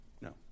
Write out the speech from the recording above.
No